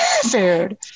food